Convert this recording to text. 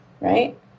right